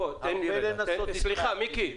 אין לי טענות אליך.